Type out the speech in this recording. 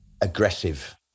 aggressive